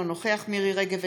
אינו נוכח מירי מרים רגב,